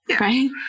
Right